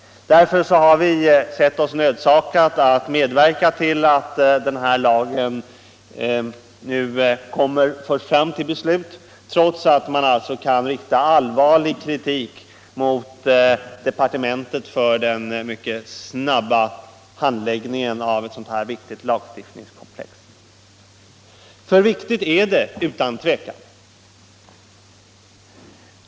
Därför har vi sett oss nödsakade att medverka till att denna lag nu förs fram till beslut trots att det kan riktas allvarlig kritik mot departementet för dess mycket snabba handläggning av detta viktiga lagstiftningskomplex — för viktigt är det utan tvivel.